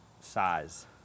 size